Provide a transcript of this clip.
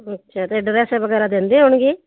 ਅੱਛਾ ਅਤੇ ਡਰੈਸ ਵਗੈਰਾ ਦਿੰਦੇ ਹੋਣਗੇ